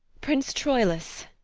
prince troilus,